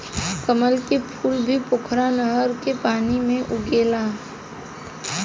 कमल के फूल भी पोखरा नहर के पानी में उगेला